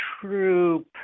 true